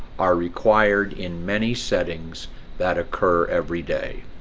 are required in many settings that occur every day.